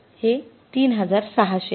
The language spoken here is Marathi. हे ३६०० आहे